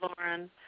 Lauren